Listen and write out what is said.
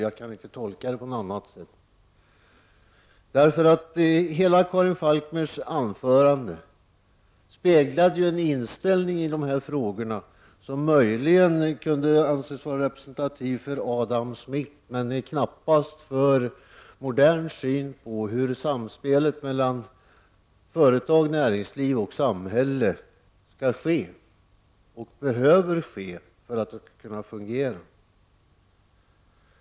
Jag kan inte tolka det på något annat sätt. Hela Karin Falkmers anförande speglade en inställning till dessa frågor som möjligen kan vara representativ för Adam Smith men knappast för en modern syn på hur samspelet mellan företag, näringsliv och samhälle skall och måste vara för att det skall fungera.